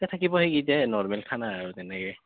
এই থাকিব সেইকেইটাই নৰ্মেল খানা আৰু তেনেকৈ